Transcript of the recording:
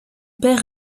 père